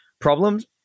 problems